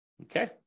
Okay